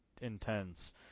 intense